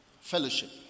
Fellowship